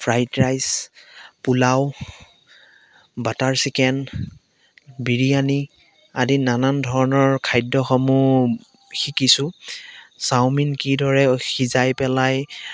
fried rice পোলাও butter chicken biryani আদি নানান ধৰণৰ খাদ্যসমূহ শিকিছোঁ চাওমিন কিদৰে সিজাই পেলাই